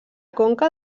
conca